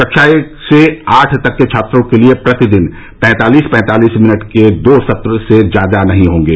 कक्षा एक से आठ तक के छात्रों के लिए प्रतिदिन पैंतालीस पैंतालीस मिनट के दो सत्र से ज्यादा नहीं होंगे